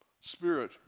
Spirit